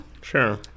Sure